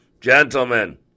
gentlemen